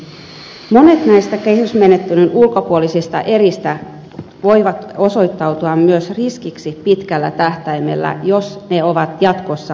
monet näistä kehysmenettelyn ulkopuolisista eristä voivat osoittautua myös riskiksi pitkällä tähtäimellä jos ne ovat jatkossa ulkopuolella